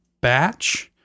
batch